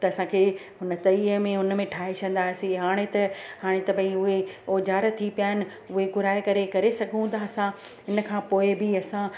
त असांखे हुन तईअ में हुन में ठाहे छॾींदा हुआसीं हाणे त हाणे त भई उहे ओज़ार थी पिया आहिनि उहे घुराए करे करे सघूं था असां इन खां पोइ बि असां